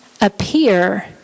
appear